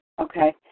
Okay